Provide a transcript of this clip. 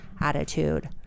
attitude